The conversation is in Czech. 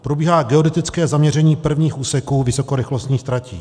Probíhá geodetické zaměření prvních úseků vysokorychlostních tratí.